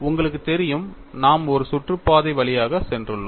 உங்களுக்கு தெரியும் நாம் ஒரு சுற்று பாதை வழியாக சென்றுள்ளோம்